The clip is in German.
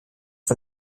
von